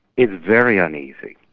it's very uneasy.